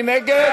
מי נגד?